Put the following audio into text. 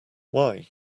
why